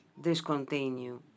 discontinue